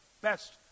best